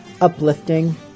uplifting